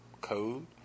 code